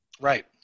Right